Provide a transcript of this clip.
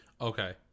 okay